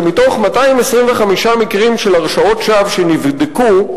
שמתוך 225 מקרים של הרשעות שווא שנבדקו,